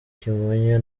kimonyo